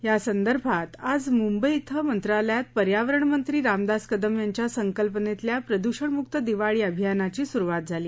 यासंदर्भात आज मुंबई क्षे मंत्रालयात पर्यावरणमंत्री रामदास कदम यांच्या संकल्पनेतल्या प्रद्षण मुक्त दिवाळी अभियानाची सुरुवात झाली